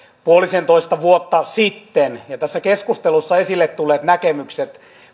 puolisentoista vuotta sitten tässä keskustelussa esille tulleet näkemykset